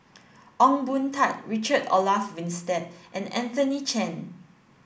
Ong Boon Tat Richard Olaf Winstedt and Anthony Chen